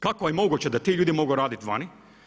Kako je moguće da ti ljudi mogu raditi vani?